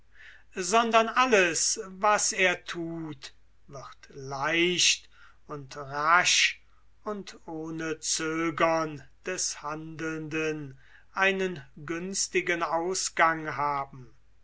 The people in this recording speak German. sondern alles was er thut wird leicht und rasch und ohne zögern des handelnden einen günstigen ausgang haben